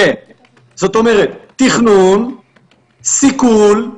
זאת אומרת, תכנון, סיכול,